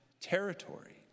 territory